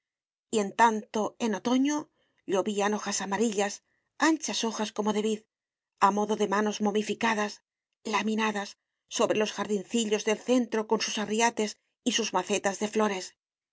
y en tanto en otoño llovían hojas amarillas anchas hojas como de vid a modo de manos momificadas laminadas sobre los jardincillos del centro con sus arriates y sus macetas de flores